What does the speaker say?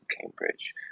Cambridge